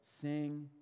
sing